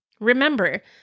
Remember